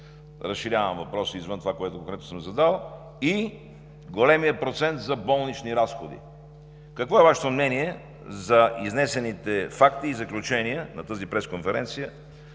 разширявам въпроса извън това, което вече съм задал, и големият процент за болнични разходи. Какво е Вашето мнение за изнесените факти и заключения на тази пресконференция